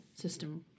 system